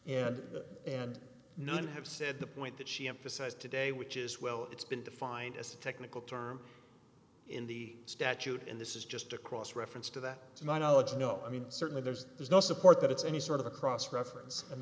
that and none have said the point that she emphasized today which is well it's been defined as a technical term in the statute and this is just across reference to that to my knowledge no i mean certainly there's there's no support that it's any sort of a cross reference and